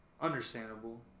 Understandable